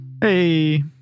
Hey